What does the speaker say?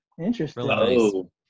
Interesting